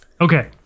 Okay